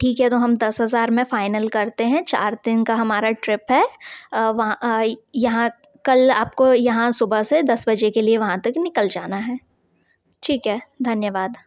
ठीक है तो हम दस हज़ार में फाइनल करते हैं चार दिन का हमारा ट्रिप है यहाँ कल आपको यहाँ सुबह से दस बजे के लिए वहाँ तक निकल जाना है ठीक है धन्यवाद